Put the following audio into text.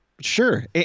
Sure